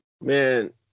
Man